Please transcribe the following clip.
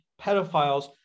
pedophiles